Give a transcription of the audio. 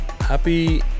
Happy